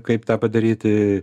kaip tą padaryti